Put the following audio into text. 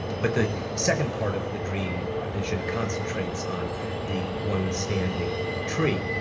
but the second part of the dream vision concentrates on the one standing tree,